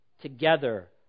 together